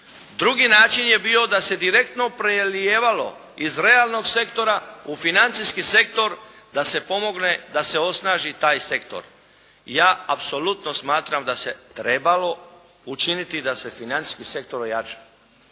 Drugi način je bio da se direktno prelijevalo iz realnog sektora u financijski sektor da se pomogne, da se osnaži taj sektor. Ja apsolutno smatram da se trebalo učiniti da se financijski sektor ojača.